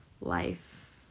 life